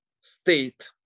state